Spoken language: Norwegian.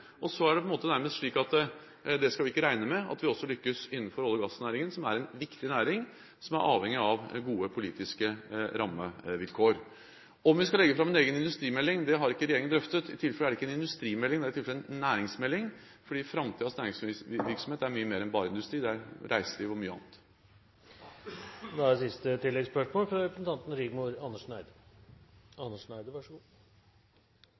og så er det nærmest slik at vi ikke skal regne med at vi også lykkes innenfor olje- og gassnæringen, som er en viktig næring, og som er avhengig av gode politiske rammevilkår. Om vi skal legge fram en egen industrimelding, har ikke regjeringen drøftet. I tilfelle er det ikke en industrimelding, det er i tilfelle en næringsmelding, for framtidens næringsvirksomhet er mye mer enn bare industri, det er reiseliv og mye annet.